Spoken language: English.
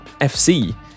FC